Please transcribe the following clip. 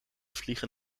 vliegen